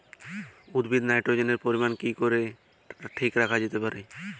উদ্ভিদে নাইট্রোজেনের পরিমাণ কি করে ঠিক রাখা যেতে পারে?